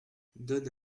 donne